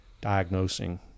diagnosing